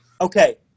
okay